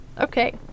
okay